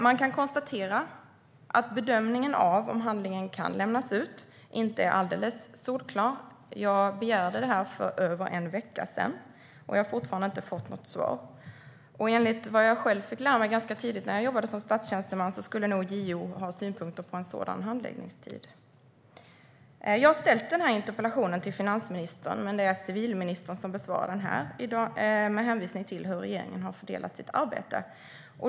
Man kan konstatera att bedömningen av om handlingen kan lämnas ut inte är alldeles solklar. Jag begärde detta för över en vecka sedan, och jag har fortfarande inte fått något svar. Enligt vad jag själv fick lära mig ganska tidigt när jag jobbade som statstjänsteman skulle nog JO ha synpunkter på en sådan handläggningstid. Jag har ställt interpellationen till finansministern, men det är civilministern som besvarar den med hänvisning till hur regeringen fördelar sitt arbete.